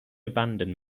abandoned